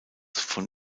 von